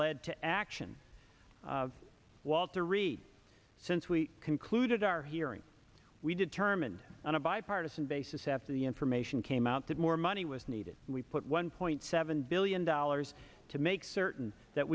led to action walter reed since we concluded our hearing we determined on a bipartisan basis after the information came out that more money was needed and we put one point seven billion dollars to make certain that